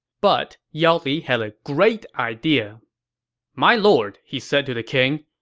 but yao li had a great idea my lord, he said to the king,